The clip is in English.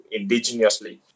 indigenously